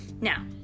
Now